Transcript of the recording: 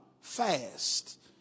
fast